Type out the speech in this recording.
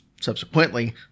subsequently